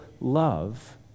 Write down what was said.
love